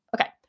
okay